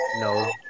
No